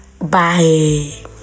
Bye